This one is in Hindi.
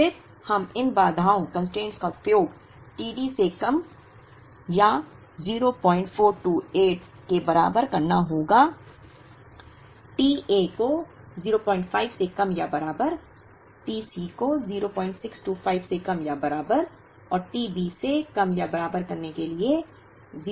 फिर हमें इन बाधाओं का उपयोग t D से कम या 0428 के बराबर करना होगा t A को 05 से कम या बराबर t C को 0625 से कम या बराबर और t B से कम या बराबर करने के लिए 0666